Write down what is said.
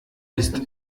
ist